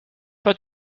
pas